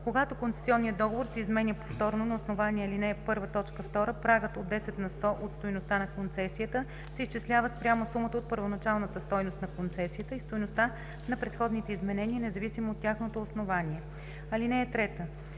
Когато концесионният договор се изменя повторно на основание по ал. 1, т. 2, прагът от 10 на сто от стойността на концесията се изчислява спрямо сумата от първоначалната стойност на концесията и стойността на предходните изменения, независимо от тяхното основание. (3)